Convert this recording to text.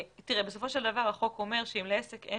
בסופו של דבר החוק אומר אם לעסק אין